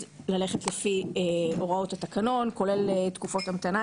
ללכת לפי הוראות התקנון כולל תקופות המתנה,